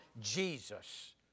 Jesus